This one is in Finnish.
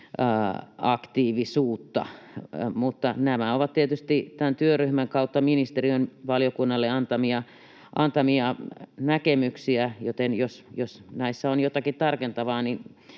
aktiivisuutta. Mutta nämä ovat tietysti tämän työryhmän kautta ministeriön valiokunnalle antamia näkemyksiä, joten jos näissä on jotakin tarkennettavaa,